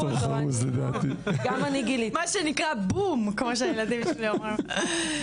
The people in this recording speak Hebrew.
מה שנקרא בום, כמו שהילדים שלי אומרים.